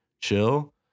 chill